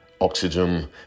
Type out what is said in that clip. Oxygen